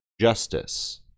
justice